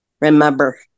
remember